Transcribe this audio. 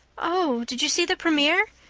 oh, did you see the premier?